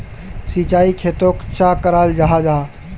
सिंचाई खेतोक चाँ कराल जाहा जाहा?